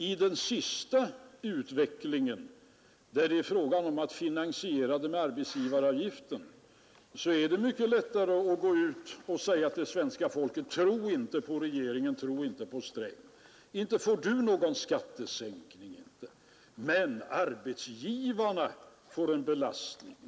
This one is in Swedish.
I det senaste alternativet, där det är fråga om att finansiera skattesänkningen med arbetsgivaravgiften, är det mycket lättare att säga till svenska folket: ”Tro inte på regeringen, tro inte på Sträng! Inte får du någon skattesänkning. Men arbetsgivarna får en belastning.